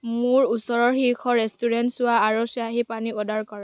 মোৰ ওচৰৰ শীৰ্ষ ৰেষ্টুৰেণ্ট চোৱা আৰু শ্বাহী পনিৰ অৰ্ডাৰ কৰা